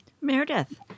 Meredith